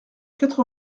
quatre